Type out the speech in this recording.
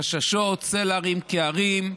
חששות, צל הרים כהרים.